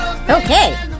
Okay